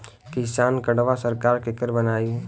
किसान कार्डवा सरकार केकर बनाई?